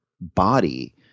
body